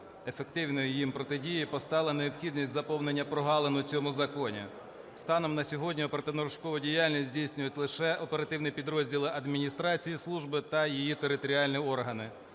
ефективної їм протидії постала необхідність заповнення прогалин у цьому законі. Станом на сьогодні оперативно-розшукову діяльність здійснюють лише оперативні підрозділи, адміністрації служби та її територіальні органи.